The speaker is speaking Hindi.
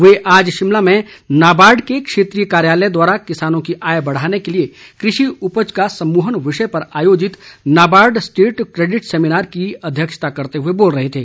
वे आज शिमला में नाबार्ड के क्षेत्रीय कार्यालय द्वारा किसानों की आय बढ़ाने के लिए कृषि उपज का समूहन विषय पर आयोजित नाबार्ड स्टेट केडिट सेमिनार की अध्यक्षता करते हुए बोल रहे थे